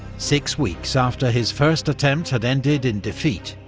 six weeks after his first attempt had ended in defeat,